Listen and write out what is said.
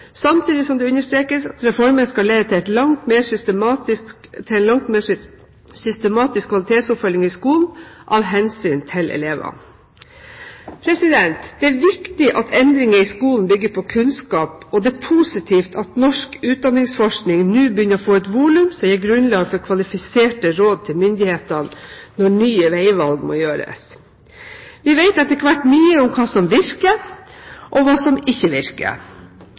samtidig som det understrekes at reformen skal lede til en langt mer systematisk kvalitetsoppfølging i skolen – av hensyn til elevene. Det er viktig at endringer i skolen bygger på kunnskap, og det er positivt at norsk utdanningsforskning nå begynner å få et volum som gir grunnlag for kvalifiserte råd til myndighetene når nye veivalg må gjøres. Vi vet etter hvert mye om hva som virker, og hva som ikke virker.